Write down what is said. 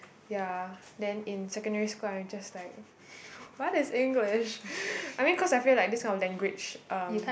ya then in secondary school I'm just like what is English I mean cause I feel like this kind of language um